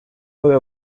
nueve